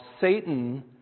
Satan